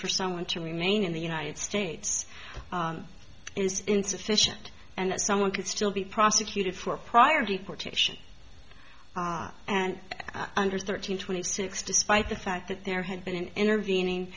for someone to remain in the united states is insufficient and that someone could still be prosecuted for a prior deportation and under thirteen twenty six despite the fact that there had been an intervening